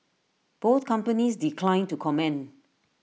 both companies declined to comment